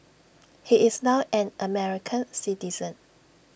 he is now an American citizen